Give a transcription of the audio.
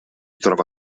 trova